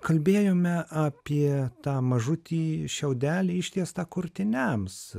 kalbėjome apie tą mažutį šiaudelį ištiestą kurtiniams